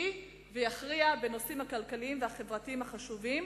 ויכריע בנושאים הכלכליים והחברתיים החשובים,